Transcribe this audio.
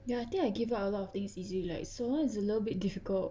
ya I think I give up a lot of things easy like so one is a little bit difficult